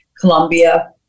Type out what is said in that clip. Colombia